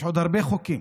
יש עוד הרבה חוקים,